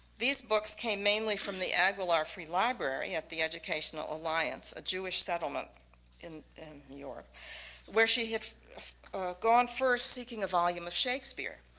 these books came mainly from the and ah free library at the educational alliance, a jewish settlement in new york where she had gone first seeking a volume of shakespeare.